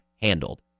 handled